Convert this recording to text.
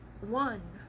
one